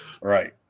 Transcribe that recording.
Right